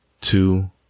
two